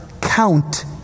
count